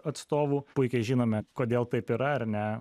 atstovų puikiai žinome kodėl taip yra ar ne